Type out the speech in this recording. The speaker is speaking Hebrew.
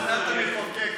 חבר העמים.